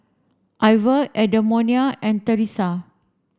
Iva Edmonia and Theresa